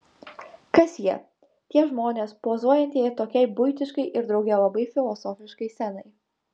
kas jie tie žmonės pozuojantieji tokiai buitiškai ir drauge labai filosofiškai scenai